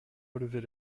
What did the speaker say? relever